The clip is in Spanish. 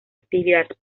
actividad